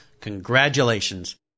congratulations